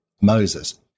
Moses